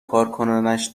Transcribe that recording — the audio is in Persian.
کارکنانش